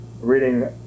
reading